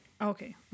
okay